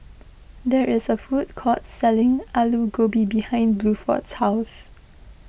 there is a food court selling Alu Gobi behind Bluford's house